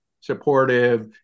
supportive